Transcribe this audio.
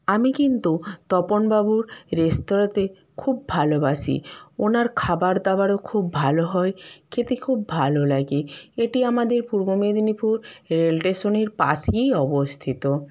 আমি কিন্তু তপনবাবুর রেস্তোরাঁতে খুব ভালোবাসি ওনার খাবার দাবারও খুব ভালো হয় খেতে খুব ভালো লাগে এটি আমাদের পূর্ব মেদিনীপুর রেল স্টেশনের পাশেই অবস্থিত